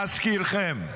להזכירכם,